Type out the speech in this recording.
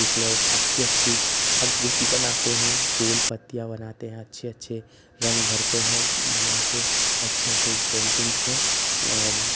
इसमें अच्छी अच्छी आकृति बनाते हैं फूल पत्तियाँ बनातें हैं अच्छी अच्छी रंग भरते हैं बना कर अच्छे अच्छे पेंटिंग पर और